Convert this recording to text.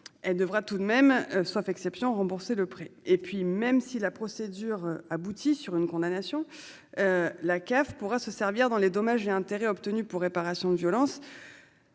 femmes devront, sauf exception, rembourser ce prêt. Enfin, même si la procédure aboutit à une condamnation, la CAF pourra utiliser les dommages et intérêts obtenus pour réparation de violences,